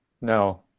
No